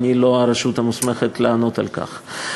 אני לא הרשות המוסמכת לענות על כך.